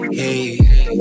hey